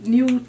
New